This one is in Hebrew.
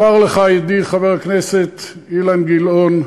אומר לך, ידידי חבר הכנסת אילן גילאון,